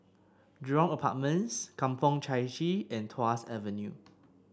Jurong Apartments Kampong Chai Chee and Tuas Avenue